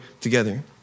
together